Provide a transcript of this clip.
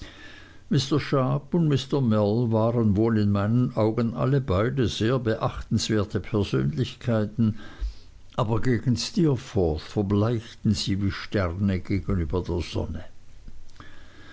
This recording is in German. und mr mell waren wohl in meinen augen alle beide sehr beachtenswerte persönlichkeiten aber gegen steerforth verbleichten sie wie sterne gegenüber der sonne